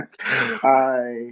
hi